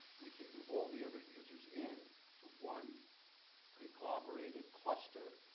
we can move all the other users in to one conglomerated cluster